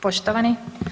Poštovani.